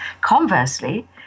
conversely